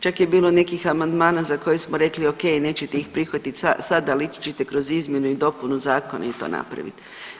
Čak je bilo nekih amandmana za koje smo rekli ok nećete ih prihvatiti sada ali ići ćete kroz izmjenu i dopunu zakona i to napraviti.